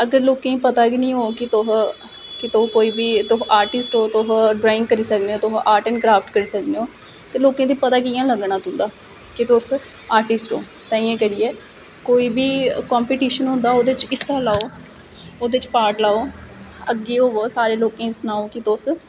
अगर लोकें गी पता गै नेईं होग तुस कोई बी तुस आर्टिसट ओ तुस ड्राइंग करी सकदे हो तुस आर्ट एंड कराफट करी सकने हो ते लोकें गी पता कियां लग्गना कि तुस आटिस्ट ओ ताहियें करिये कोई बी कम्पीटिशन होंदा ओहदे बिच हिस्सा लैओ ओहदे च पार्ट लैओ अग्गै ओह् होवो सारे लोकें गी सनाओ कि तुस